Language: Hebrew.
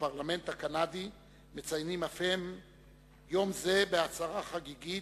בפרלמנט הקנדי מציינים אף הם יום זה בהצהרה חגיגית,